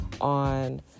on